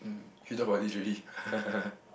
feeble body already